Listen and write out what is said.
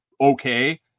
okay